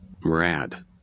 rad